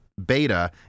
beta